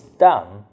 done